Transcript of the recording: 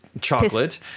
chocolate